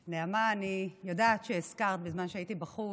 נעמה, אני יודעת שהזכרת בזמן שהייתי בחוץ,